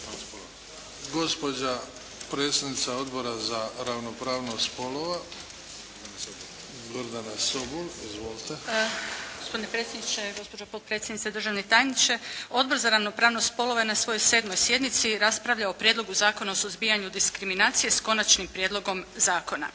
Gospodine predsjedniče, gospođo potpredsjednice, državni tajniče. Odbor za ravnopravnost spolova je na svojoj 7. sjednici raspravljao o Prijedlogu zakona o suzbijanju diskriminacije, s Konačnim prijedlogom zakona.